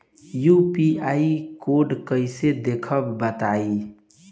UPI code कैसे देखब बताई?